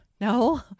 No